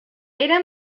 era